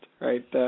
right